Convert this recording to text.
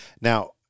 Now